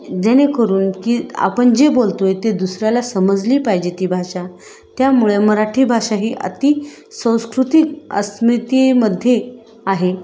जेणेकरून की आपण जे बोलतोय ते दुसऱ्याला समजली पाहिजे ती भाषा त्यामुळे मराठी भाषा ही अति संस्कृतिक अस्मितीमध्ये आहे